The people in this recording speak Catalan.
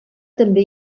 també